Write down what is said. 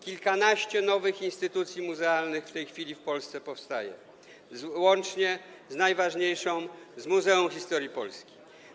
Kilkanaście nowych instytucji muzealnych w tej chwili w Polsce powstaje, łącznie z najważniejszą, z Muzeum Historii Polski.